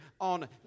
on